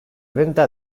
venta